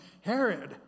Herod